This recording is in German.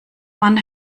mann